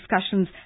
discussions